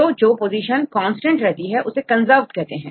तो जो position constant रहती है उसे कंजर्व्ड कहते हैं